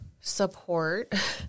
support